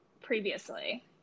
previously